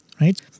right